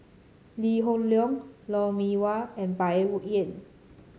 Lee Hoon Leong Lou Mee Wah and Bai Yan